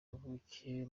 yavukiye